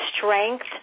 strength